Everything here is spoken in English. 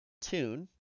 tune